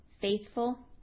faithful